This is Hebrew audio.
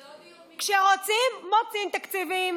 זה לא דיון מגזרי, כשרוצים, מוצאים תקציבים.